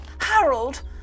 Harold